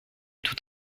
tout